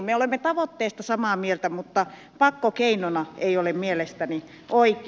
me olemme tavoitteesta samaa mieltä mutta pakko keinona ei ole mielestäni oikea